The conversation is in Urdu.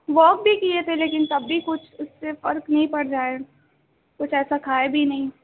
واک بھی کیے تھے لیکن تب بھی کچھ اس سے فرق نہیں پڑ رہا ہے کچھ ایسا کھایا بھی نہیں